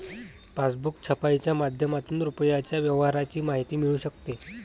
passbook छपाईच्या माध्यमातून रुपयाच्या व्यवहाराची माहिती मिळू शकते